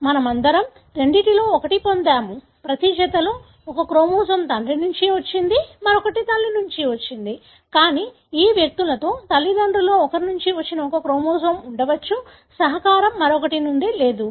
మనమందరం రెండింటిలో ఒకటి పొందాము ప్రతి జతలో ఒక క్రోమోజోమ్ తండ్రి నుండి వచ్చింది మరొకటి తల్లి నుండి వచ్చింది కానీ ఈ వ్యక్తులలో తల్లిదండ్రులలో ఒకరి నుండి వచ్చిన ఒక క్రోమోజోమ్ ఉండవచ్చు సహకారం మరొకటి నుండి లేదు